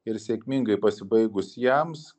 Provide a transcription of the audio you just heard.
ir sėkmingai pasibaigus jiems